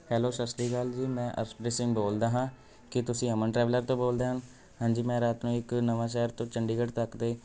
hello ਸਤਿ ਸ਼੍ਰੀ ਅਕਾਲ ਜੀ ਮੈਂ ਅਰਸ਼ਪ੍ਰੀਤ ਸਿੰਘ ਬੋਲਦਾ ਹਾਂ ਕੀ ਤੁਸੀਂ ਅਮਨ ਟਰੈਵਲਰ ਤੋਂ ਬੋਲਦੇ ਹਨ ਹਾਂਜੀ ਮੈਂ ਰਾਤ ਨੂੰ ਇੱਕ ਨਵਾਂ ਸ਼ਹਿਰ ਤੋਂ ਚੰਡੀਗੜ੍ਹ ਤੱਕ ਦੇ